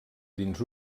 dins